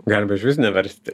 galima išvis neversti